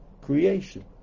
creation